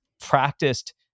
practiced